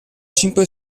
cinque